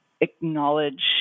acknowledge